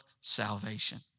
salvation